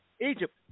Egypt